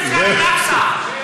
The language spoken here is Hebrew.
אתה פאשיסט וגזען.